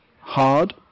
hard